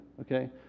okay